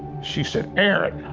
she said aaron,